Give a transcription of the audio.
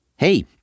Hey